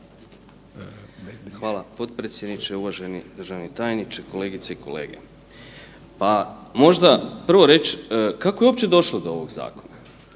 Hvala potpredsjedniče. Uvaženi državni tajniče, kolegice i kolege. Pa možda prvo reći kako je uopće došlo do ovog zakona,